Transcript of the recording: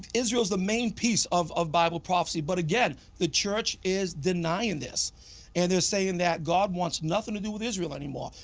israel is the main piece of of bible prophecy. but again the church is denying this and they are saying that god wants nothing to do with israel anymore.